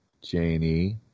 Janie